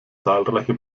zahlreiche